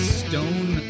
stone